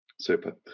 Super